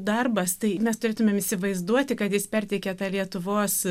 darbas tai mes turėtumėm įsivaizduoti kad jis perteikia tą lietuvos